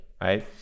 right